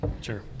Sure